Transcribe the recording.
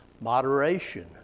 moderation